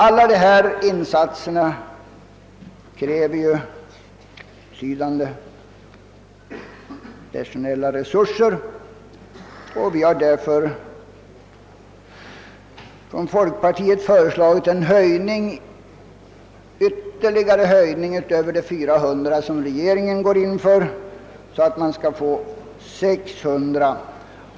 Alla dessa insatser kräver betydande personella resurser och därför har centerpartiet och folkpartiet föreslagit en ytterligare ökning utöver regeringsförslagets 400 tjänster till 600.